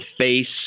face